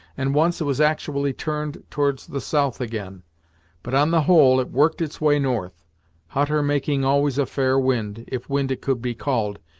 and once it was actually turned towards the south, again but, on the whole, it worked its way north hutter making always a fair wind, if wind it could be called,